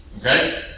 Okay